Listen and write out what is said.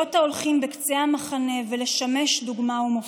להיות ההולכים בקצה המחנה ולשמש דוגמה ומופת.